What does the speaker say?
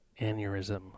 aneurysm